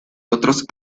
otros